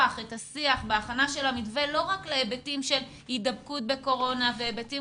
את השיח בהכנה של המתווה לא רק להיבטים של הידבקות בקורונה והיבטים